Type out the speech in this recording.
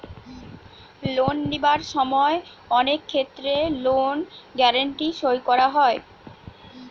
loan লিবার সময় অনেক ক্ষেত্রে লোন গ্যারান্টি সই করা হয়